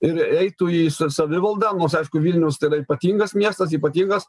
ir eitų į sa savivaldą nors aišku vilnius tai yra ypatingas miestas ypatingas